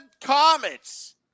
Comets